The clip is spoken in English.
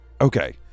Okay